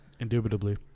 Indubitably